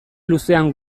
luzean